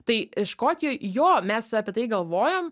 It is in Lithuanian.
tai škotijoj jo mes apie tai galvojom